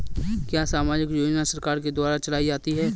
क्या सामाजिक योजना सरकार के द्वारा चलाई जाती है?